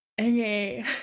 okay